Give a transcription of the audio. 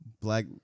Black